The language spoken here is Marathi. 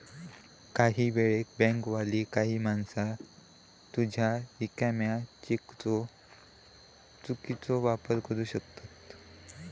काही वेळेक बँकवाली काही माणसा तुझ्या रिकाम्या चेकचो चुकीचो वापर करू शकतत